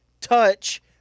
touch